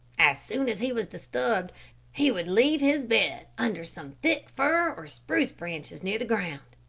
as soon as he was disturbed he would leave his bed under some thick fir or spruce branches near the ground.